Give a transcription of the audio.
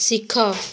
ଶିଖ